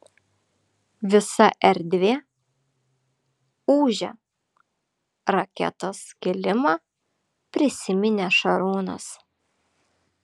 visa erdvė ūžia raketos kilimą prisiminė šarūnas